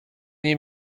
nie